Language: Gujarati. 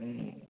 હં